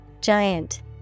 Giant